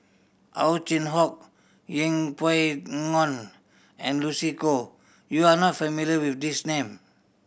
Ow Chin Hock Yeng Pway Ngon and Lucy Koh you are not familiar with these name